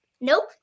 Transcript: Nope